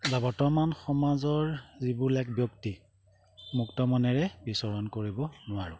বা বৰ্তমান সমাজৰ যিবিলাক ব্যক্তি মুক্তমনেৰে বিচৰণ কৰিব নোৱাৰোঁ